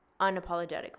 unapologetically